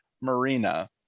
Marina